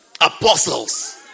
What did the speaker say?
Apostles